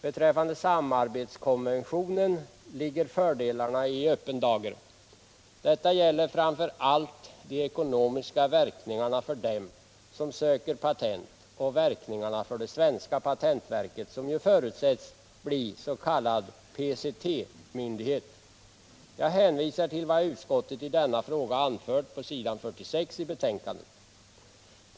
Beträffande samarbetskonventionen ligger fördelarna i öppen dager. Detta gäller framför allt de ekonomiska verkningarna för dem som söker patent och verkningarna för det svenska patentverket, som ju förutsätts bli s.k. PCT myndighet. Jag hänvisar till vad utskottet i denna fråga anfört på s. 46 f. i betänkandet.